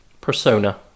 Persona